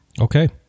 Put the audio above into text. Okay